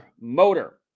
motor